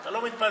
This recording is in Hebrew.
אתה לא מתפלל.